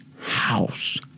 House